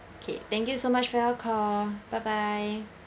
okay thank you so much for your call bye bye